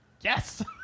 Yes